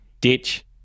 ditch